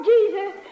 Jesus